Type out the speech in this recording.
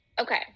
Okay